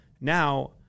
Now